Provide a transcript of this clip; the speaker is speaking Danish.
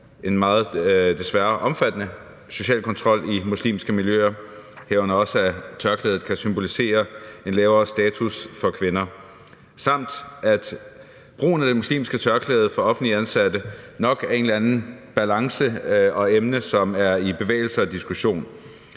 omfattende, desværre, social kontrol i muslimske miljøer, herunder også at tørklædet kan symbolisere en lavere status for kvinder, samt at brugen af det muslimske tørklæde for offentligt ansatte nok er en eller anden balance og et emne, som er i bevægelse og under diskussion.